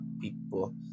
people